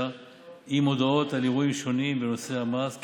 עם הודעות על אירועים שונים בנושא המס ככלל.